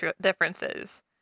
differences